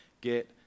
get